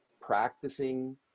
practicing